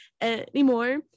anymore